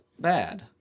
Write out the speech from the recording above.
bad